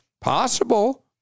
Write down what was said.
possible